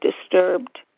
disturbed